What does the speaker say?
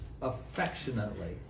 affectionately